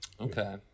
Okay